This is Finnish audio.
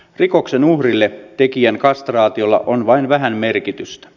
rikoksen uhrille tekijän kastraatiolla on vain vähän merkitystä